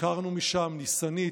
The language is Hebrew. עקרנו משם, ניסנית,